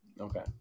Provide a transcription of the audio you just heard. okay